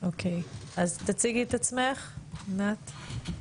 תציגי את עצמך ענת.